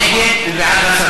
הנה, הוא כבר מסיר לי בעיה.